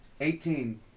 Eighteen